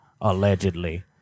allegedly